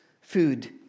food